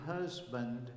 husband